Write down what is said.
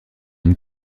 une